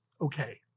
okay